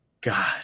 God